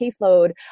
caseload